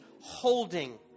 holding